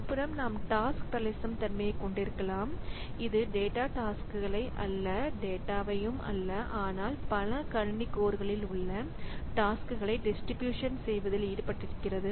மறுபுறம் நாம் task parallelism தன்மையைக் கொண்டிருக்கலாம் இது டேட்டா டாஸ்க்களை அல்ல டேட்டாவையும் அல்ல ஆனால் பல கணினி கோர்களில் உள்ள டாஸ்க்களை டிஸ்ட்ரிபியூஷன் செய்வதில் ஈடுபட்டிருக்கிறது